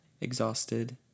exhausted